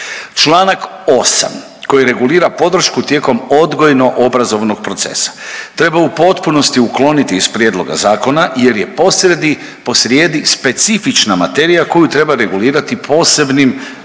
Čl. 8 koji regulira podršku tijekom odgojno-obrazovnog procesa treba u potpunosti ukloniti iz prijedloga zakona jer je posrijedi specifična materija koju treba regulirati posebnim zakonom,